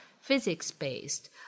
physics-based